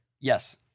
Yes